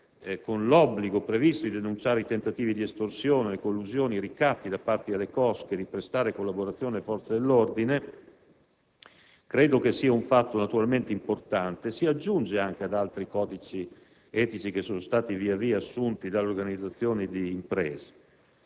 l'obbligo di denunciare i tentativi di estorsione, collusione e ricatto da parte delle cosche e di prestare collaborazione alle forze dell'ordine. Credo sia un fatto naturalmente importante, che si aggiunge anche ad altri codici etici via via assunti dalle organizzazioni di imprese.